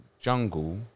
jungle